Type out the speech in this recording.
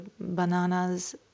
bananas